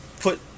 put